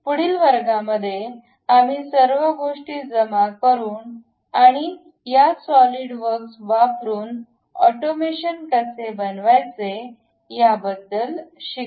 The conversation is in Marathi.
पुढील वर्गांमध्ये आम्ही सर्व गोष्टी जमा करून आणि या सॉलिड वर्क वापरून ऑटोमेशन कसे बनवायचे याबद्दल शिकू